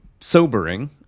sobering